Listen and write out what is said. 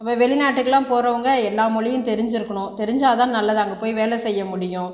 இப்போ வெளிநாட்டுக்கெல்லாம் போகிறவங்க எல்லா மொழியும் தெரிஞ்சிருக்கணும் தெரிஞ்சால் தான் நல்லது அங்கே போய் வேலை செய்யமுடியும்